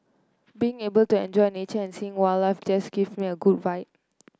being able to enjoy nature and seeing wildlife just give me a good vibe